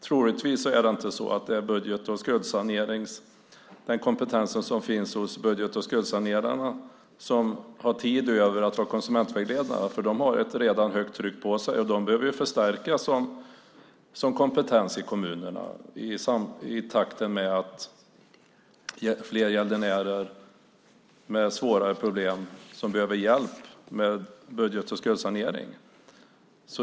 Troligtvis är det inte budget och skuldsanerarna som har tid över att vara konsumentvägledare, för de har redan ett högt tryck på sig och behöver förstärkas som kompetens i kommunerna i takt med att fler gäldenärer med svåra problem behöver hjälp med budget och skuldsanering.